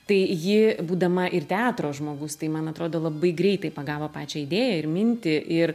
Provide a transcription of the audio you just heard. tai ji būdama ir teatro žmogus tai man atrodo labai greitai pagavo pačią idėją ir mintį ir